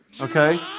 okay